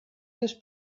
his